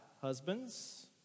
husbands